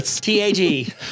T-A-G